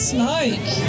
Smoke